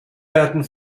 werden